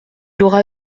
aura